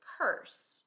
curse